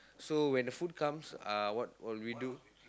so when the food comes uh what what we do